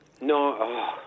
No